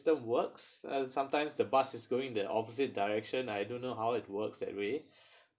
works and sometimes the bus is going the opposite direction I don't know how it works that way